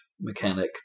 Mechanic